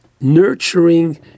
nurturing